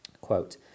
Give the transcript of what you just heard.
quote